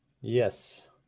yes